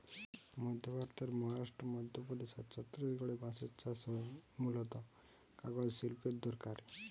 মধ্য ভারতের মহারাষ্ট্র, মধ্যপ্রদেশ আর ছত্তিশগড়ে বাঁশের চাষ হয় মূলতঃ কাগজ শিল্পের দরকারে